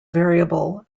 variable